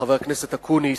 חבר הכנסת אקוניס,